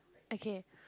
okay